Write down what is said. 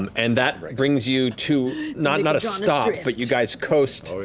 um and that brings you to, not not a stop, but you guys coast.